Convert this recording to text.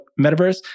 metaverse